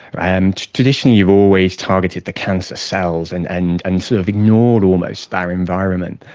and traditionally you've always targeted the cancer cells and and and sort of ignored almost their environment.